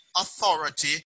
authority